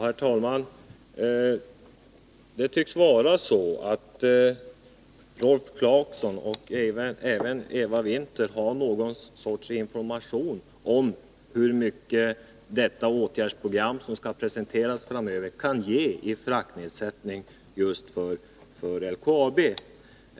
Herr talman! Det tycks vara så, att Rolf Clarkson och även Eva Winther har någon sorts information om hur mycket det åtgärdsprogram som skall presenteras framöver kan ge i fraktnedsättning just för LKAB.